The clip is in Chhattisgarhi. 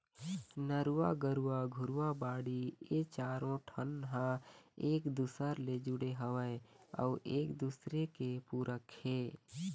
नरूवा, गरूवा, घुरूवा, बाड़ी ए चारों ठन ह एक दूसर ले जुड़े हवय अउ एक दूसरे के पूरक हे